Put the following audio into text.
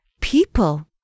people